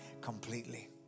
completely